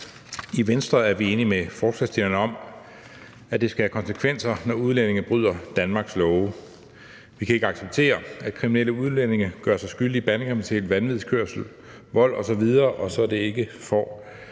I Venstre er vi enige med forslagsstillerne i, at det skal have konsekvenser, når udlændinge bryder Danmarks love. Vi kan ikke acceptere, at kriminelle udlændinge gør sig skyldige i bandekriminalitet, vanvidskørsel, vold osv., og at det så ikke får